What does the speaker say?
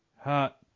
hot